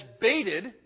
baited